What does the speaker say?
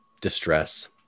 distress